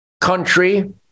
country